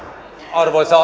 arvoisa